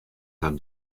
har